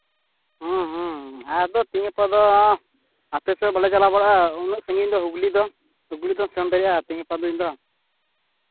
ᱦᱮᱸ ᱦᱮᱸ ᱟᱫᱚ ᱛᱤᱦᱤᱧ ᱜᱟᱯᱟ ᱫᱚ ᱟᱯᱮ ᱥᱮᱫ ᱵᱟᱞᱮ ᱪᱟᱞᱟᱣ ᱵᱟᱲᱟᱜᱼᱟ ᱩᱱᱟᱹᱜ ᱥᱟᱺᱜᱤᱧ ᱫᱚ ᱦᱩᱜᱽᱞᱤ ᱫᱚ ᱦᱩᱜᱽᱞᱤ ᱫᱚᱢ ᱥᱮᱱ ᱫᱟᱲᱮᱭᱟᱜᱼᱟ ᱛᱮᱦᱮᱧ ᱜᱟᱯᱟ ᱫᱤᱱ ᱫᱚ